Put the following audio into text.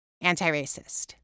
anti-racist